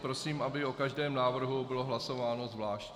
Prosím, aby o každém návrhu bylo hlasováno zvlášť.